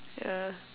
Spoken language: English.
yeah